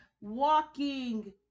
Walking